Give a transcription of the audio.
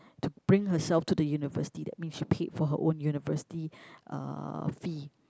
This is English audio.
to bring herself to the university that means she paid for her own university uh fee